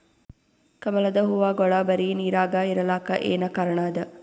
ಕಮಲದ ಹೂವಾಗೋಳ ಬರೀ ನೀರಾಗ ಇರಲಾಕ ಏನ ಕಾರಣ ಅದಾ?